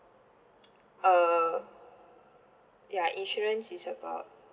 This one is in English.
uh ya insurance is about